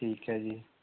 ਠੀਕ ਹੈ ਜੀ